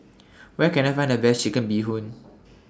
Where Can I Find The Best Chicken Bee Hoon